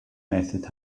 method